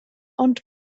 ond